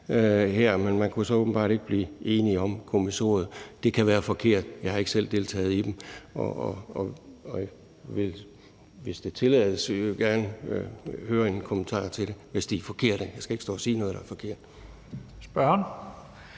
men man kunne så åbenbart ikke blive enig om kommissoriet. Det kan være forkert; jeg har ikke selv deltaget i dem. Hvis det tillades, vil jeg gerne høre en kommentar til det, hvis det er forkert. Jeg skal ikke stå og sige noget, der er forkert.